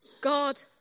God